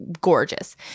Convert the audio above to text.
gorgeous